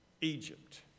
Egypt